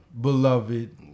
Beloved